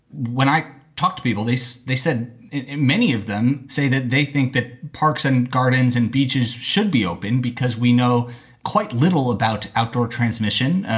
when i talk to people, they say they said many of them say that they think that parks and gardens and beaches should be open because we know quite little about outdoor transmission.